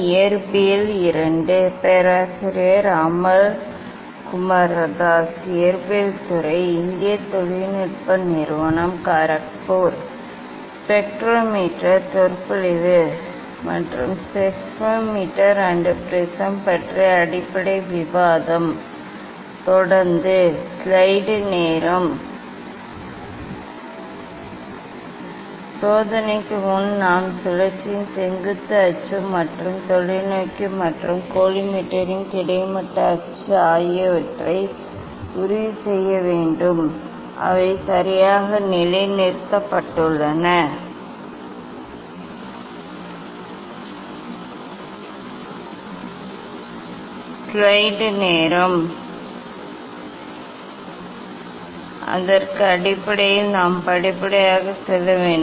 spectrometer மற்றும் prism பற்றிய அடிப்படை விவாதம் தொடர்ந்து சோதனைக்கு முன் நாம் சுழற்சியின் செங்குத்து அச்சு மற்றும் தொலைநோக்கி மற்றும் கோலிமேட்டரின் கிடைமட்ட அச்சு ஆகியவற்றை உறுதி செய்ய வேண்டும் அவை சரியாக நிலைநிறுத்தப்பட்டுள்ளன அதற்கு அடிப்படையில் நாம் படிப்படியாக செல்ல வேண்டும்